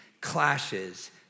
clashes